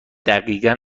دقیقا